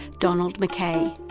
donald mackay.